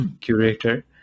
curator